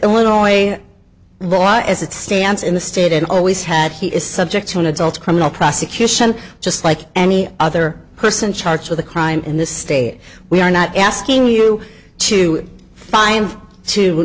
illinois law as it stands in the state and always had he is subject to an adult criminal prosecution just like any other person charged with a crime in this state we are not asking you to find t